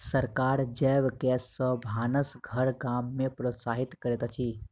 सरकार जैव गैस सॅ भानस घर गाम में प्रोत्साहित करैत अछि